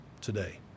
today